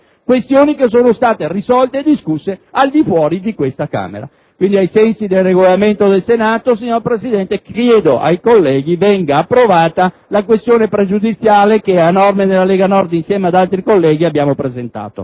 questioni che sono state risolte e discusse al di fuori della stessa. Quindi, ai sensi del Regolamento del Senato, signor Presidente, chiedo ai colleghi che venga approvata la questione pregiudiziale che, a nome della Lega Nord, assieme ad altri colleghi, abbiamo presentato.